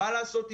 מה לעשות,